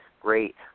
great